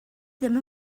ddim